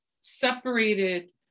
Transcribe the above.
separated